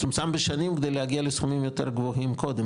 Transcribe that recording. מצומצם בשנים כדי להגיע לסכומים יותר גבוהים קודם,